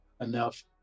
enough